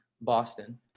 Boston